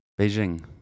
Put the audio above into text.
Beijing